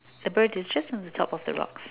the bird is just on the top of the rocks